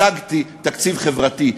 הצגתי תקציב חברתי,